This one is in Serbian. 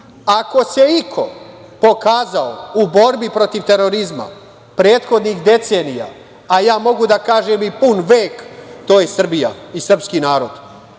Ako se iko pokazao u borbi protiv terorizma prethodnih decenija, a ja mogu da kažem i pun vek, to je Srbija i srpski narod.